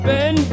Ben